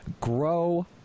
Grow